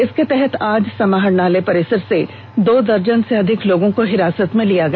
इसके तहत आज समाहरणालय परिसर से दो दर्जन से अधिक लोगों को हिरासत में लिया गया